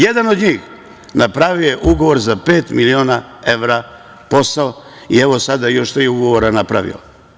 Jedan od njih je napravio ugovor za pet miliona evra, posao, i evo sada još tri ugovora je napravio.